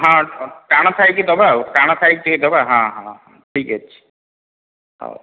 ହଁ ଟାଣ ଥାଇକି ଦେବା ଆଉ ଟାଣ ଥାଇକି ଟିକେ ଦେବା ହଁ ହଁ ହଁ ଠିକ୍ ଅଛି ହଉ